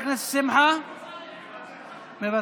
מוותר,